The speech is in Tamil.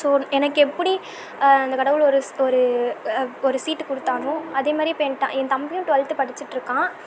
ஸோ எனக்கு எப்படி அந்த கடவுள் ஒரு ஒரு ஒரு சீட் கொடுத்தானோ அதேமாதிரி இப்போ என்கிட்ட என் தம்பியும் டுவெலத்து படித்துட்டுருக்கான்